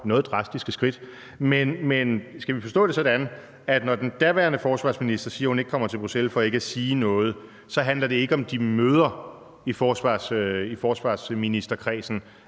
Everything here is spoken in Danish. noget drastiske skridt. Men skal vi forstå det sådan, at når den daværende forsvarsminister siger, at hun ikke kommer til Bruxelles for ikke at sige noget, så handler det ikke om de møder i forsvarsministerkredsen,